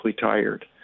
tired